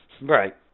Right